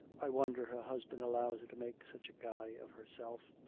i wonder her husband allows her to make such a guy of herself.